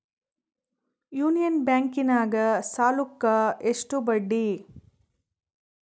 Union ಬ್ಯಾಂಕಿನಾಗ ಸಾಲುಕ್ಕ ಎಷ್ಟು ಬಡ್ಡಿ?